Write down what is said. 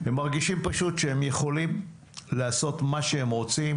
הם מרגישים פשוט שהם יכולים לעשות מה שהם רוצים,